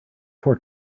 four